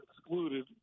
excluded